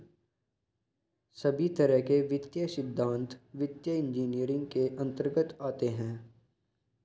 सभी तरह के वित्तीय सिद्धान्त वित्तीय इन्जीनियरिंग के अन्तर्गत आते हैं